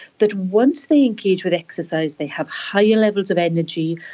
that once they engage with exercise they have higher levels of energy,